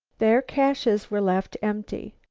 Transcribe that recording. their caches were left empty.